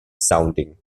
sounding